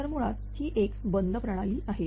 तर मुळात ही एक बंद प्रणाली आहे